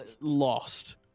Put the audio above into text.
lost